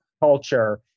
culture